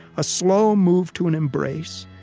a slow move to an embrace,